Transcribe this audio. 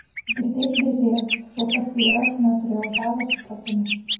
girdėt girdėjau tačiau kas tai yra neturėjau žalio supratimo